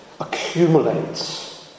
accumulates